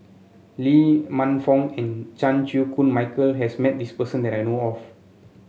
Lee Man Fong and Chan Chew Koon Michael has met this person that I know of